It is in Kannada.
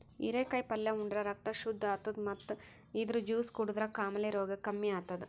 ಹಿರೇಕಾಯಿ ಪಲ್ಯ ಉಂಡ್ರ ರಕ್ತ್ ಶುದ್ದ್ ಆತದ್ ಮತ್ತ್ ಇದ್ರ್ ಜ್ಯೂಸ್ ಕುಡದ್ರ್ ಕಾಮಾಲೆ ರೋಗ್ ಕಮ್ಮಿ ಆತದ್